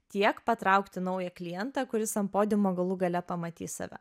tiek patraukti naują klientą kuris ant podiumo galų gale pamatys save